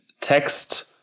text